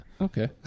Okay